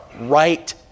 right